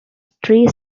three